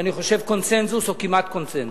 אני חושב, קונסנזוס או כמעט קונסנזוס.